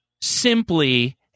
simply